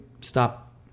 Stop